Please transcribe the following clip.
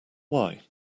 why